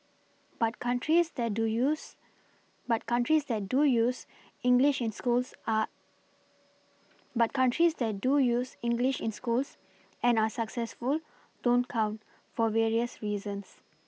but countries that do use but countries that do use English in schools are but countries that do use English in schools and are successful don't count for various reasons